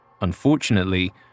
Unfortunately